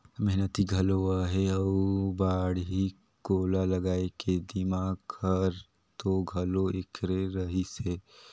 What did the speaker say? मेहनती घलो अहे अउ बाड़ी कोला लगाए के दिमाक हर तो घलो ऐखरे रहिस हे